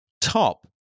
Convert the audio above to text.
top